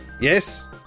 yes